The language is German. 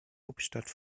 hauptstadt